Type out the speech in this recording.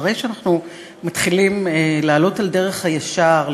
שאחרי שאנחנו מתחילים לעלות על דרך הישר,